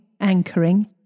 anchoring